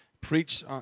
preach